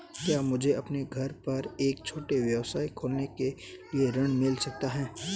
क्या मुझे अपने घर पर एक छोटा व्यवसाय खोलने के लिए ऋण मिल सकता है?